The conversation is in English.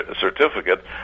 certificate